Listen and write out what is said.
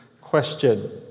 question